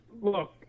look